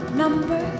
number